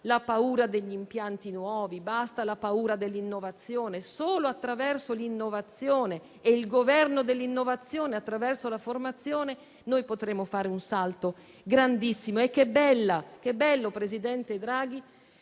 alla paura degli impianti nuovi, basta alla paura dell'innovazione; solo attraverso l'innovazione e il governo dell'innovazione attraverso la formazione noi potremo fare un salto grandissimo. E che bello, presidente Draghi,